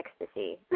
ecstasy